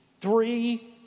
three